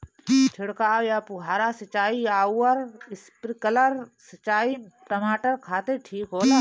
छिड़काव या फुहारा सिंचाई आउर स्प्रिंकलर सिंचाई टमाटर खातिर ठीक होला?